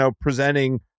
presenting